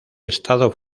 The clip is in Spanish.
estado